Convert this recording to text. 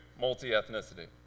multi-ethnicity